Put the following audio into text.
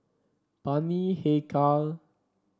Bani Haykal